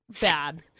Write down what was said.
bad